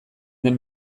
den